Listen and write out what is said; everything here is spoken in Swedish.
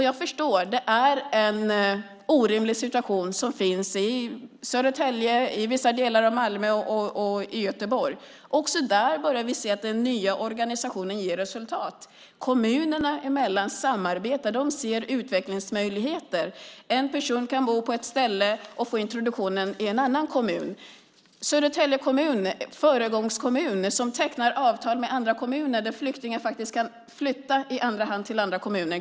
Jag förstår att det är en orimlig situation i Södertälje, vissa delar av Malmö och i Göteborg. Också där ser vi att den nya organisationen börjar ge resultat. Kommunerna samarbetar med varandra. De ser utvecklingsmöjligheter. En person kan bo i en kommun och få introduktionen i en annan. Södertälje kommun är en föregångskommun som tecknar avtal med andra kommuner där flyktingar faktiskt kan flytta i andra hand till andra kommuner.